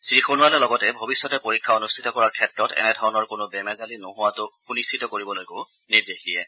শ্ৰী সোণোৱালে লগতে ভৱিষ্যতে পৰীক্ষা অনুষ্ঠিত কৰাৰ ক্ষেত্ৰত এনে ধৰণৰ কোনো বেমেজালি নোহোৱাটো সুনিশ্চিত কৰিবলৈকো নিৰ্দেশ দিয়ে